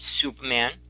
Superman